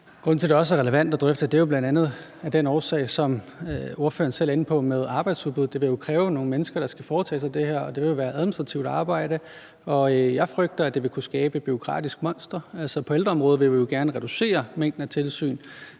Grunden til, at det også er relevant at drøfte, er jo bl.a. på grund af arbejdsudbuddet, som ordføreren selv er inde på. Det vil jo kræve nogle mennesker, der skal foretage det her, og det vil være administrativt arbejde. Jeg frygter, at det vil kunne skabe et bureaukratisk monster. På ældreområdet vil vi jo gerne reducere mængden af tilsyn.